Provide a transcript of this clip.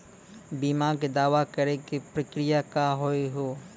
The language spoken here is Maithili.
बीमा के दावा करे के प्रक्रिया का हाव हई?